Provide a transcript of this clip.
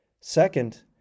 Second